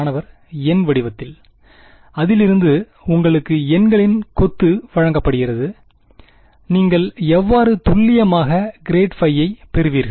மாணவர் எண் வடிவத்தில் அதிலிருந்து உங்களுக்கு எண்களின் கொத்து வழங்கப்படுகிறது நீங்கள் எவ்வாறு துல்லியமாக கிராட் பையை பெறுவீர்கள்